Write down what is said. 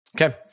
Okay